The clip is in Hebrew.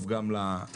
טוב גם לישראלים.